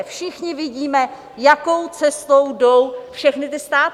Všichni vidíme, jakou cestou jdou všechny státy.